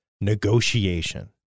negotiation